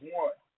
one